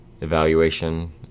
evaluation